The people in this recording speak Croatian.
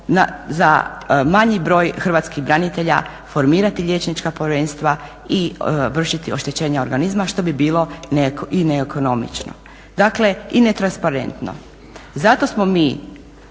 za manji broj hrvatskih branitelja formirati liječnička povjerenstva i vršiti oštećenja organizma što bi bilo i neekonomično, dakle i netransparentno. Zato smo mi